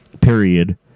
period